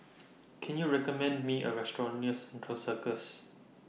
Can YOU recommend Me A Restaurant near Central Circus